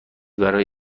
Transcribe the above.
برای